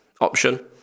option